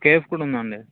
KF కూడా ఉందండి